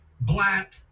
Black